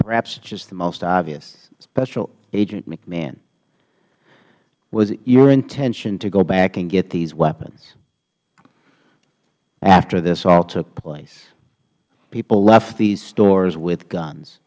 perhaps the most obvious special agent mcmahon was it your intention to go back and get these weapons after this all took place people left these stores with guns